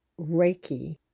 Reiki